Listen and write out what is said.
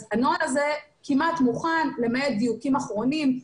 אז הנוהל הזה כמעט מוכן למעט דיוקים אחרונים,